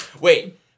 Wait